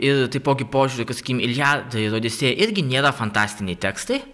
ir taipogi požiūrio kad sakykim iliada ir odisėja irgi nėra fantastiniai tekstai